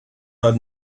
are